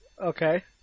Okay